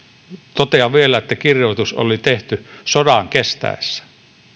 totean vielä että kirjoitus oli tehty sodan kestäessä